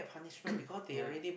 ya